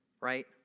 right